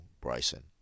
Bryson